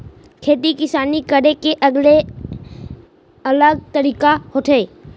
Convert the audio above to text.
खेती किसानी करे के अलगे अलग तरीका होथे